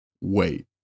Wait